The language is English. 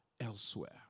elsewhere